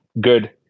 good